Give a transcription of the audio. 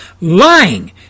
Lying